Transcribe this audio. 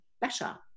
better